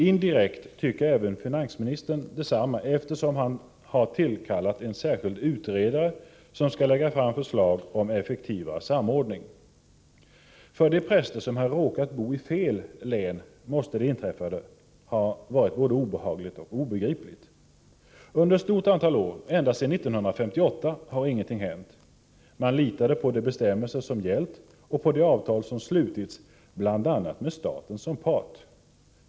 Indirekt tycker även finansministern detsamma, eftersom han har tillkallat en särskild utredare som skall lägga fram förslag om en effektivare samordning. För de präster som råkat bo i ”fel” län måste det inträffade ha varit både obehagligt och obegripligt. Under ett stort antal år — ända sedan 1958 — har ingenting hänt. Man har litat på de bestämmelser som gällt och på de avtal som slutits, bl.a. med staten som part.